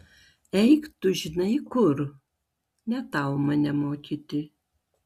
eik tu žinai kur ne tau mane mokyti